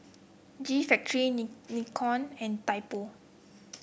G Factory Ni Nixon and Typo